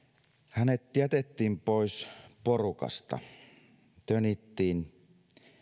hänet jätettiin pois porukasta tönittiin